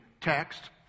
text